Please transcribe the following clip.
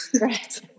Right